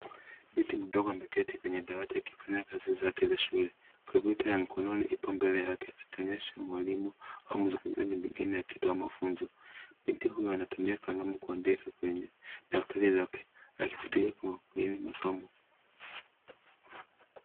Binti mdogo ameketi kwenye dawati akifanya kazi zake za shule. Kompyuta ya mkononi ipo mbele yake akionyesha mwalimu au mzungumzaji pengine akitoa mafunzo. Binti huyo anatumia kalamu kuandika kwenye daftari lake akifuatilia kwa makini masomo.